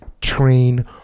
train